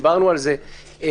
דיברנו על זה קודם.